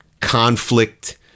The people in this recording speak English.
conflict